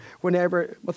whenever